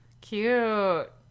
Cute